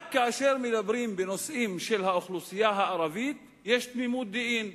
רק כאשר מדברים בנושאים של האוכלוסייה הערבית יש תמימות דעים.